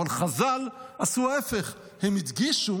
אבל חז"ל עשו ההפך: הם הדגישו